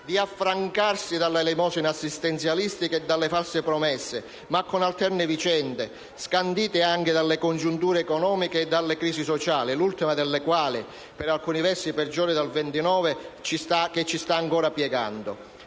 di affrancarsi dall'elemosina assistenzialistica e dalle false promesse, ma con alterne vicende, scandite anche dalle congiunture economiche e dalle crisi sociali, l'ultima delle quali, per alcuni versi peggiore di quella del '29, ci sta ancora piegando.